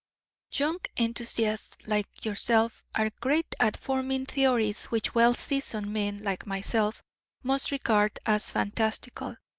young enthusiasts like yourself are great at forming theories which well-seasoned men like myself must regard as fantastical.